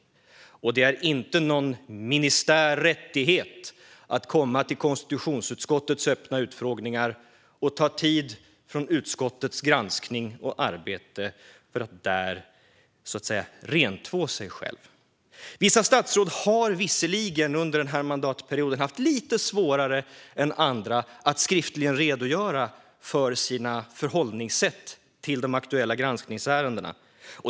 Det är inte någon rättighet för en minister att komma till konstitutionsutskottets öppna utfrågningar och ta tid från utskottets granskning och arbete för att där, så att säga, rentvå sig själv. Vissa statsråd har visserligen under den där mandatperioden haft lite svårare än andra att skriftligen redogöra för sina förhållningssätt till de aktuella granskningsärendena.